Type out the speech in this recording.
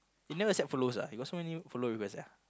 you never accept followers ah you got so many follow request sia